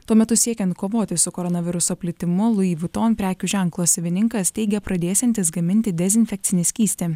tuo metu siekiant kovoti su koronaviruso plitimu lui vuton prekių ženklo savininkas teigė pradėsiantis gaminti dezinfekcinį skystį